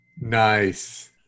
Nice